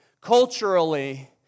Culturally